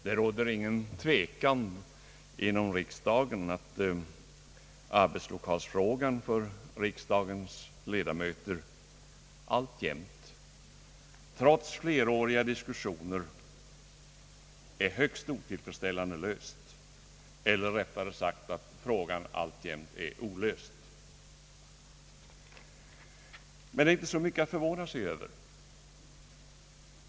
Det råder ingen tvekan inom riksdagen om att arbetslokalsfrågan för riksdagens ledamöter alltjämt trots fleråriga diskussioner är högst otillfredsställande löst, eller rättare sagt alltjämt är olöst. Men det är inte så mycket att förvåna sig över.